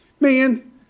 Man